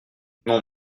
non